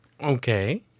Okay